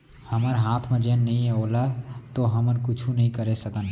हमर हाथ म जेन नइये ओला तो हमन कुछु नइ करे सकन